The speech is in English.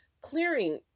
Clearing